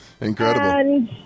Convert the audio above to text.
Incredible